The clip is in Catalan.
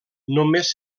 només